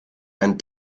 and